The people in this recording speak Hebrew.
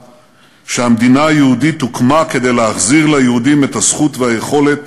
שהמדינה היהודית הוקמה כדי להחזיר ליהודים את הזכות והיכולת